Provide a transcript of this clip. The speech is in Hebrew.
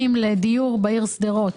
לדיור בעיר שדרות